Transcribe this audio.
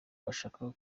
bashaka